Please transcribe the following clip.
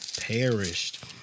perished